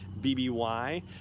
BBY